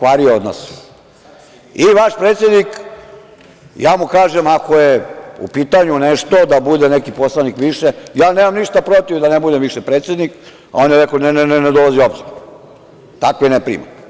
Vaš predsednik, ja mu kažem ako je u pitanju nešto, da bude neki poslanik više, ja nemam ništa protiv da ne budem više predsednik, ali on je rekao – ne, ne dolazi u obzir, takve ne primam.